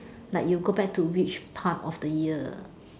like you go back to which part of the year